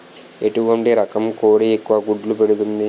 ఎటువంటి రకం కోడి ఎక్కువ గుడ్లు పెడుతోంది?